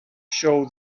show